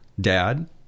dad